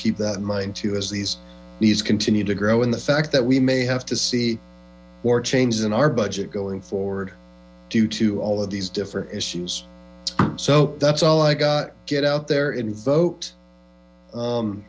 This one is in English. keep that in mind too these needs continue to grow and the fact that we may have to see more changes in our budget going forward due to all of these different issues so that's all i got get out there and vote